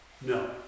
No